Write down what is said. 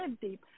deep